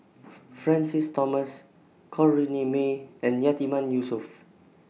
Francis Thomas Corrinne May and Yatiman Yusof